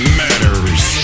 matters